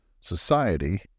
society